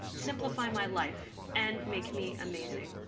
simplify my life, and make me amazing?